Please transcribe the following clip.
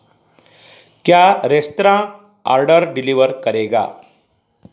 क्या restaurant order deliver करेगा